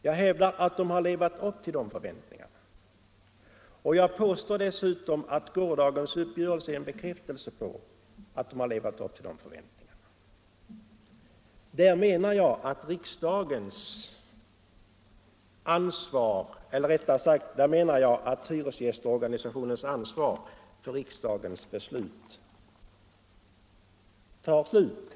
Jag hävdar att man levt upp till dessa förväntningar, och jag påstår dessutom att gårdagens uppgörelse är en bekräftelse härpå. Där menar jag att hyresgästorganisationens ansvar för riksdagens beslut tar slut.